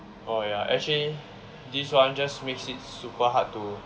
oh ya actually this one just makes it super hard to